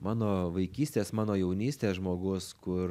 mano vaikystės mano jaunystės žmogus kur